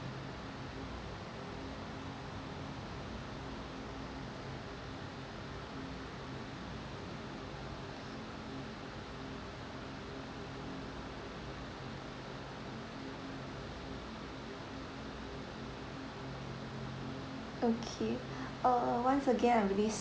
okay uh once again I'm really